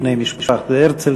בני משפחת הרצל,